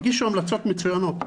הגישו המלצות מצוינות,